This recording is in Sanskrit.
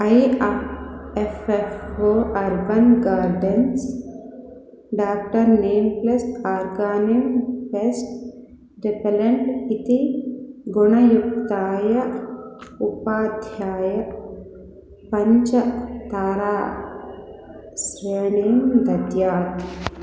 ऐ अ F F O urban gardens doctor name plus organic pest dependent इति गुणयुक्ताय उपाध्याय पञ्च ताराश्रीणीं दद्यात्